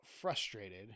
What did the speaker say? frustrated